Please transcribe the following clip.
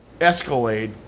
Escalade